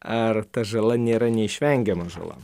ar ta žala nėra neišvengiama žala